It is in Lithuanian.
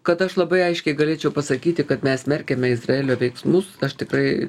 kad aš labai aiškiai galėčiau pasakyti kad mes smerkiame izraelio veiksmus aš tikrai